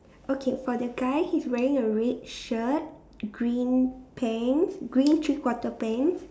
okay for the guy he's wearing a red shirt green pants green three quarter pants